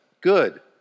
good